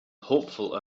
hopeful